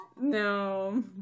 No